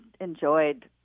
enjoyed